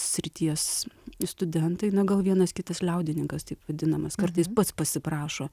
srities studentai na gal vienas kitas liaudininkas taip vadinamas kartais pats pasiprašo